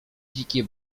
dzikie